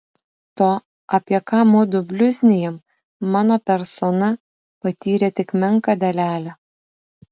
to apie ką mudu bliuznijam mano persona patyrė tik menką dalelę